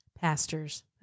Pastors